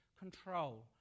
control